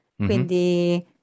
quindi